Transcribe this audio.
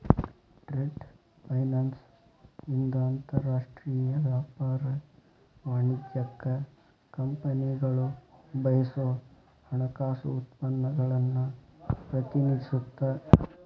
trade finance ಇಂದ ಅಂತರಾಷ್ಟ್ರೇಯ ವ್ಯಾಪಾರ ವಾಣಿಜ್ಯಕ್ಕ ಕಂಪನಿಗಳು ಬಳಸೋ ಹಣಕಾಸು ಉತ್ಪನ್ನಗಳನ್ನ ಪ್ರತಿನಿಧಿಸುತ್ತ